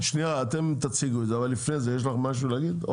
אתם תציגו את זה אבל לפני זה, יש לך משהו להגיד?